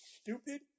stupid